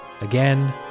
Again